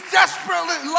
desperately